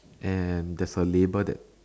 and there's a label that